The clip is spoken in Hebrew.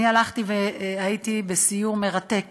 אני הייתי בסיור מרתק